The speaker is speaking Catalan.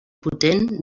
potent